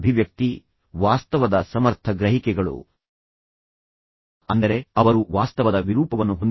ತದನಂತರ ನೀವು ಈ ಪರಿಸ್ಥಿತಿಯನ್ನು ಹೇಳಲು ಪ್ರಯತ್ನಿಸಿ ಬೇಕೆಂದರೆ ಆತನ ಬ್ಯಾಂಕ್ ಬ್ಯಾಲೆನ್ಸ್ ಎಂದು ಹೇಳಿ ಆದರೆ ಅವನು ಬೇರೆ ಸ್ಥಳಕ್ಕೆ ಕರೆದೊಯ್ಯಬಹುದು